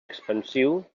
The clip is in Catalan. expansiu